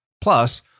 Plus